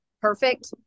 perfect